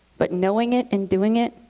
but knowing it, and doing it,